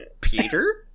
Peter